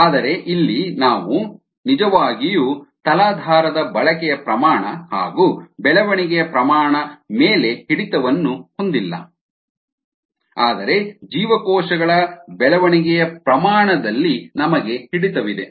ಆದರೆ ಇಲ್ಲಿ ನಾವು ನಿಜವಾಗಿಯೂ ತಲಾಧಾರದ ಬಳಕೆಯ ಪ್ರಮಾಣ ಹಾಗು ಬೆಳವಣಿಗೆಯ ಪ್ರಮಾಣ ಮೇಲೆ ಹಿಡಿತವನ್ನು ಹೊಂದಿಲ್ಲ ಆದರೆ ಜೀವಕೋಶಗಳ ಬೆಳವಣಿಗೆಯ ಪ್ರಮಾಣ ನಲ್ಲಿ ನಮಗೆ ಹಿಡಿತವಿದೆ